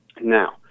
Now